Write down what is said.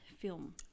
film